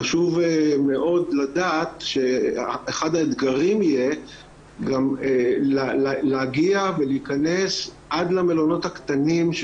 חשוב מאוד לדעת שאחד האתגרים יהיה גם להגיע ולהיכנס עד למלונות הקטנים,